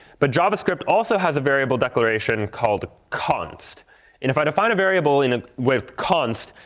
but javascript also has a variable declaration called const. and if i define a variable you know with const,